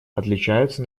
отличаются